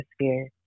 atmosphere